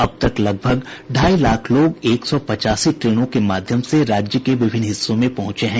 अब तक लगभग ढाई लाख लोग एक सौ पचासी ट्रेनों के माध्यम से राज्य के विभिन्न हिस्सों में पहुंचे हैं